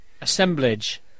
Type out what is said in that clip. Assemblage